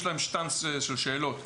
יש להם שטנץ של שאלות.